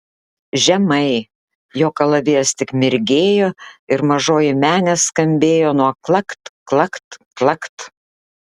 žemai jo kalavijas tik mirgėjo ir mažoji menė skambėjo nuo klakt klakt klakt